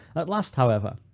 at last, however,